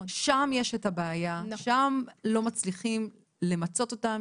שם יש את הבעיה ושם לא מצליחים למצות אותן,